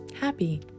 happy